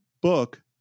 book